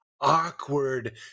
awkward